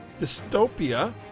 dystopia